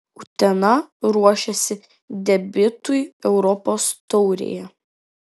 utena ruošiasi debiutui europos taurėje